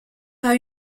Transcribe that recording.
pas